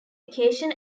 education